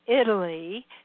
Italy